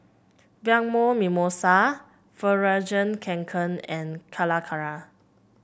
Bianco Mimosa Fjallraven Kanken and Calacara